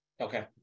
Okay